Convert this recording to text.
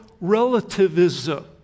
relativism